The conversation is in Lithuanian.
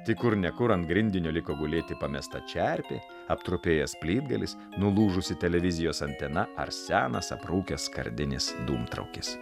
tik kur ne kur ant grindinio liko gulėti pamesta čerpė aptrupėjęs plytgalis nulūžusi televizijos antena ar senas aprūkęs skardinis dūmtraukis